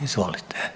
Izvolite.